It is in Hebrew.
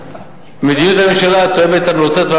מדיניות הממשלה תואמת את המלצות,